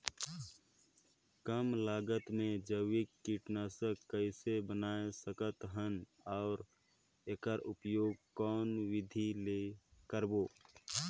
कम लागत मे जैविक कीटनाशक कइसे बनाय सकत हन अउ एकर उपयोग कौन विधि ले करबो?